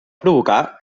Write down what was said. provocar